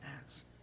ads